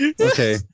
Okay